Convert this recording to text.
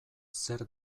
zer